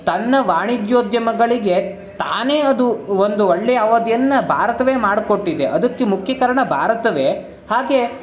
ತನ್ನ ವಾಣಿಜ್ಯೋದ್ಯಮಗಳಿಗೆ ತಾನೇ ಅದು ಒಂದು ಒಳ್ಳೆಯ ಅವಧಿಯನ್ನು ಭಾರತವೇ ಮಾಡಿಕೊಟ್ಟಿದೆ ಅದಕ್ಕೆ ಮುಖ್ಯ ಕಾರಣ ಭಾರತವೇ ಹಾಗೇ